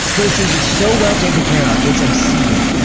those trees are so well-taken care of, it's obscene.